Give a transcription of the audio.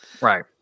Right